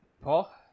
Paul